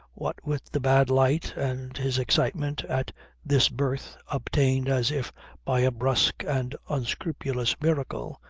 what with the bad light and his excitement at this berth obtained as if by a brusque and unscrupulous miracle,